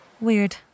Weird